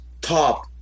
top